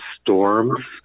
storms